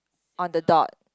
on the dot